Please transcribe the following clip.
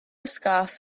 scarf